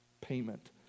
payment